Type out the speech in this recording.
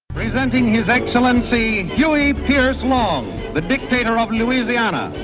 presenting his excellency huey pierce long, the dictator of louisiana,